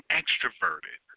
extroverted